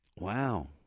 Wow